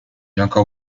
encore